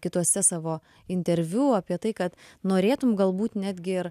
kituose savo interviu apie tai kad norėtum galbūt netgi